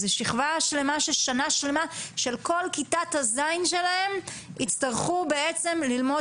זו שכבה שלמה ששנה שלמה של כיתת ה-ז' שלהם יצטרכו בעצם ללמוד